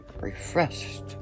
refreshed